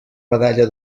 medalla